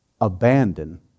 abandon